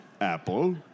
Apple